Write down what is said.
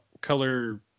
color